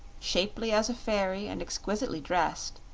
shapely as a fairy and exquisitely dressed,